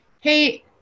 hey